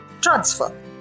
Transfer